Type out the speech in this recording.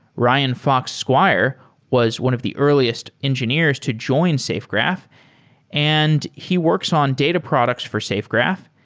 ryan fox squire was one of the earliest engineers to join safegraph and he works on data products for safegraph.